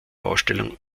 ausstellung